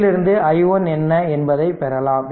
இதிலிருந்து i1 என்ன என்பதை பெறலாம்